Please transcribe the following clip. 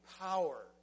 power